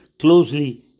closely